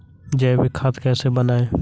जैविक खाद कैसे बनाएँ?